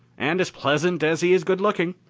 and as pleasant as he is good-looking.